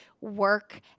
work